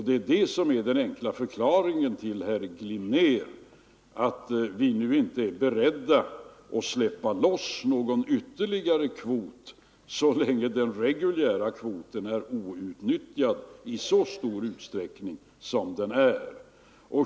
Det är det som är den enkla förklaringen till att vi nu inte är beredda att släppa loss någon ytterligare kvot så länge den reguljära kvoten är outnyttjad i så stor utsträckning som den faktiskt är.